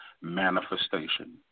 manifestation